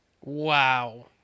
Wow